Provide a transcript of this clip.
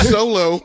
Solo